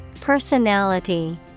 Personality